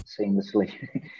seamlessly